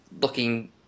looking